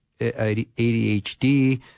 ADHD